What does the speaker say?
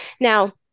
Now